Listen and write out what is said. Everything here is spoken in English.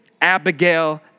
Abigail